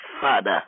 Father